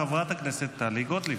חברת הכנסת טלי גוטליב.